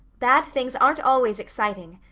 bad things aren't always exciting.